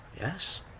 Yes